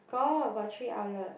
got got three outlet